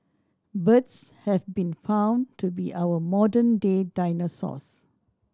birds have been found to be our modern day dinosaurs